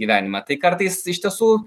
gyvenimą tai kartais iš tiesų